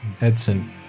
Edson